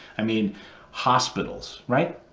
i mean hospitals, right?